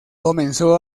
comenzó